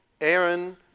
Aaron